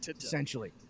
essentially